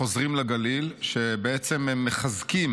חוזרים לגליל", שמחזקים